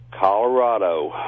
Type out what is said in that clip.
Colorado